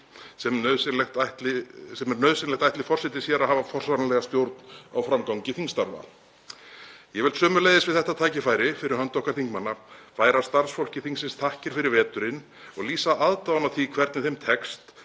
sem er nauðsynlegt ætli forseti sér að hafa forsvaranlega stjórn á framgangi þingstarfa. Ég vil sömuleiðis við þetta tækifæri fyrir hönd okkar þingmanna færa starfsfólki þingsins þakkir fyrir veturinn og lýsa aðdáun á því hvernig þeim tekst